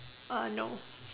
uh no